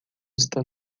está